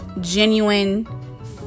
genuine